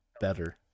better